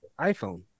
iPhone